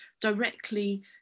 directly